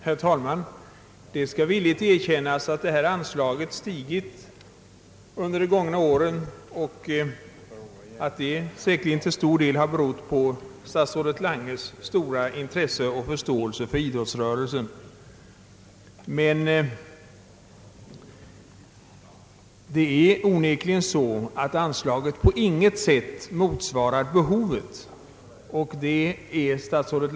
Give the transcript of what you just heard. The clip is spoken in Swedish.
Herr talman! Det skall villigt erkännas att idrottsanslaget har stigit under de gångna åren och att detta säkerligen till stor del har berott på statsrådet Langes stora intresse och förståelse för idrottsrörelsen. Det är dock onekligen trots detta så att anslaget på intet sätt motsvarar behovet, och detta är statsrådet.